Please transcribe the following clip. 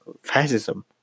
fascism